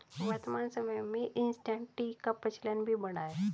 वर्तमान समय में इंसटैंट टी का प्रचलन भी बढ़ा है